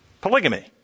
polygamy